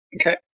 Okay